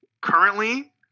currently